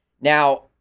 Now